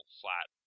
flat